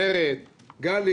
ורד, גלי